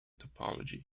topology